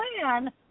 plan